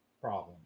problem